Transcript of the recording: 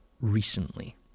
recently